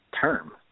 term